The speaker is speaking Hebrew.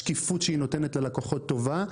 השקיפות שהיא נותנת ללקוחות טובה,